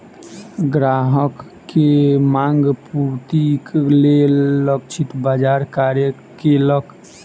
ग्राहक के मांग पूर्तिक लेल लक्षित बाजार कार्य केलक